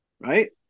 right